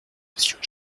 monsieur